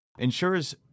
insurers